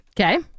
Okay